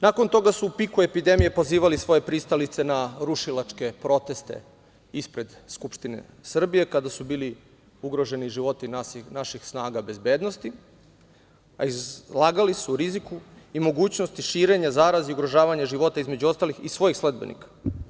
Nakon toga su u piku epidemije pozivali svoje pristalice na rušilačke proteste ispred Skupštine Srbije, kada su bili ugroženi životi naših snaga bezbednosti, a izlagali su riziku i mogućnost širenje zaraze i ugrožavanje života, između ostalih, i svojih sledbenika.